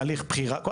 הליך בחירה,